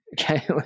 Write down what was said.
Okay